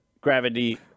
gravity